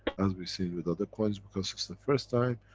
as we've seen with other coins, because it's the first time,